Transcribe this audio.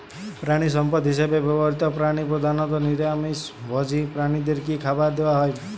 প্রাণিসম্পদ হিসেবে ব্যবহৃত প্রাণী প্রধানত নিরামিষ ভোজী প্রাণীদের কী খাবার দেয়া হয়?